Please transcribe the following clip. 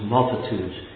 multitudes